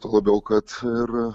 tuo labiau kad ir